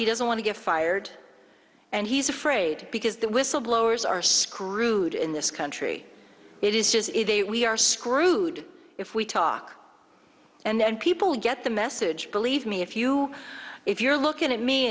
he doesn't want to get fired and he's afraid because the whistleblowers are screwed in this country it is just we are screwed if we talk and people get the message believe me if you if you're looking at me